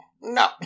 No